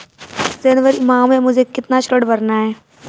जनवरी माह में मुझे कितना ऋण भरना है?